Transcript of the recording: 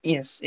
Yes